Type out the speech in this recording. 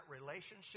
relationship